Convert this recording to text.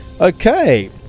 Okay